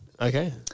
Okay